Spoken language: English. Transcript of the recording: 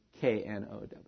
K-N-O-W